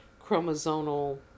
chromosomal